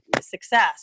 success